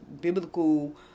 biblical